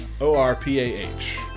O-R-P-A-H